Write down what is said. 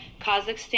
Kazakhstan